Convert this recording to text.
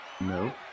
No